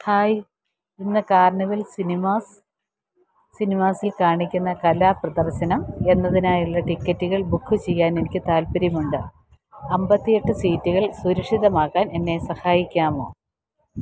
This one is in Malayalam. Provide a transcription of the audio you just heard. ഹായ് ഇന്ന് കാർണിവൽ സിനിമാസ് സിനിമാസിൽ കാണിക്കുന്ന കലാപ്രദർശനം എന്നതിനായുള്ള ടിക്കറ്റുകൾ ബുക്ക് ചെയ്യാൻ എനിക്ക് താൽപ്പര്യമുണ്ട് അമ്പത്തിയെട്ട് സീറ്റുകൾ സുരക്ഷിതമാക്കാൻ എന്നെ സഹായിക്കാമോ